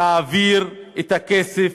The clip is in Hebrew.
תעביר את הכסף